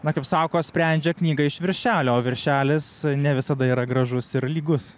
na kaip sako sprendžia knygą iš viršelio o viršelis ne visada yra gražus ir lygus